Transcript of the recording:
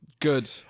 Good